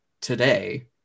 today